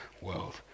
world